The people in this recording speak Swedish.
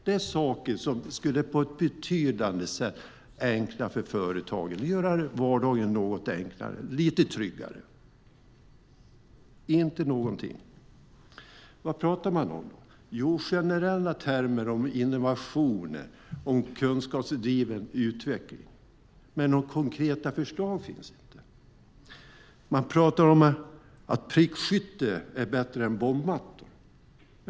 Detta är saker som på ett betydande sätt skulle förenkla för företagen och göra vardagen något enklare och lite tryggare. Men det kommer inte några förslag. Vad talar man om? Jo, man talar i generella termer om innovationer och kunskapsdriven utveckling. Men det finns inte några konkreta förslag. Man talar om att prickskytte är bättre än bombmattor.